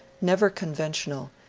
never conventional,